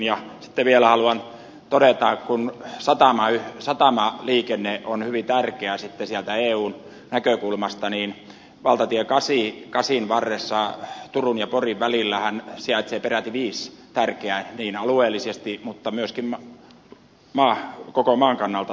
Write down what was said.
ja sitten vielä haluan todeta kun satamaliikenne on hyvin tärkeä sieltä eun näkökulmasta että valtatie kasin varressa turun ja porin välillähän sijaitsee peräti viisi niin alueellisesti mutta myöskin koko maan kannalta tärkeää satamaa